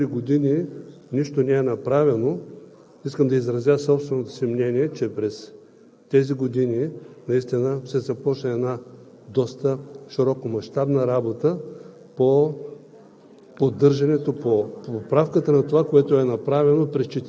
Що се отнася до това, че през четирите години нищо не е направено, искам да изразя собственото си мнение, че през тези години наистина се започна една доста широкомащабна работа по поддържане,